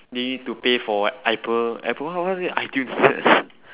you need to pay for what apple apple w~ what was it itunes is it